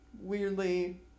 weirdly